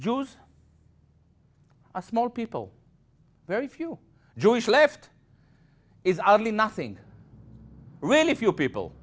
jews are small people very few jewish left is ugly nothing really few people